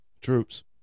troops